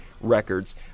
records